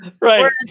Right